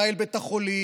ברהום, מנהל בית החולים,